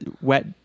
wet